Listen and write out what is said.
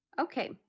Okay